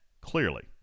clearly